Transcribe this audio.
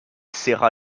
serra